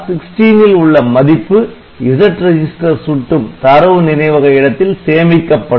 R16 ல் உள்ள மதிப்பு Z ரெஜிஸ்டர் சுட்டும் தரவு நினைவக இடத்தில் சேமிக்கப்படும்